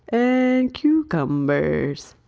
and cucumbers.